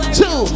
two